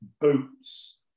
boots